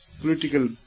political